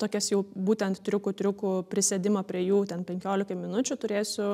tokias jau būtent triukų triukų prisėdimą prie jų ten penkiolikai minučių turėsiu